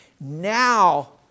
Now